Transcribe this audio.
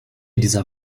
dieser